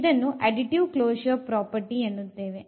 ಇದನ್ನು additive closure property ಎನ್ನುತ್ತೇವೆ